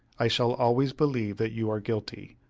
i shall always believe that you are guilty.